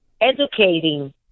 educating